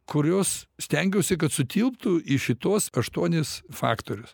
kurios stengiausi kad sutilptų į šituos aštuonis faktorius